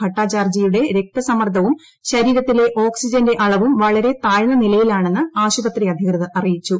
ഭട്ടാചാർജിയുടെ രക്തസമ്മർദ്ദവും ശരീരത്തിലെ ഓക്സിജന്റെ അളവും വളരെ താഴ്ന്ന നിലയിലാണെന്ന് ആശുപത്രി അധികൃതർ അറിയിച്ചു